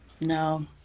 No